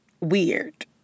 weird